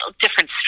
different